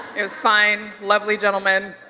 it was fine, lovely gentleman.